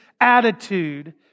attitude